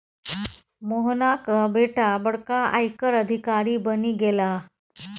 मोहनाक बेटा बड़का आयकर अधिकारी बनि गेलाह